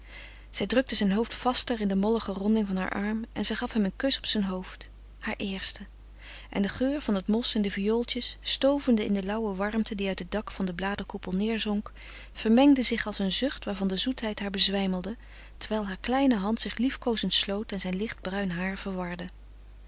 zij drukte zijn hoofd vaster in de mollige ronding van haar arm en zij gaf hem een kus op zijn hoofd haar eersten en de geur van het mos en de viooltjes stovende in de lauwe warmte die uit het dak van den bladerkoepel neerzonk vermengde zich als een zucht waarvan de zoetheid haar bezwijmelde terwijl haar kleine hand zich liefkoozend sloot en zijn lichtbruin haar verwarde